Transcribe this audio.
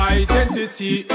identity